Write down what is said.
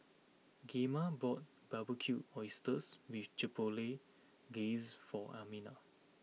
Gemma bought Barbecued Oysters with Chipotle Glaze for Amina